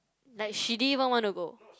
like she didn't even want to go